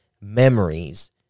memories